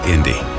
Indy